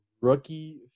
rookie